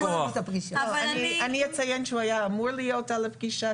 אני אציין שהוא היה אמור להיות בפגישה,